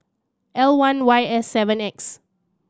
L one Y S seven X